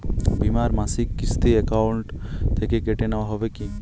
বিমার মাসিক কিস্তি অ্যাকাউন্ট থেকে কেটে নেওয়া হবে কি?